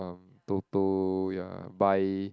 uh Toto ya buy